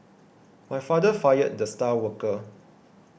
my father fired the star worker